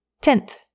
Tenth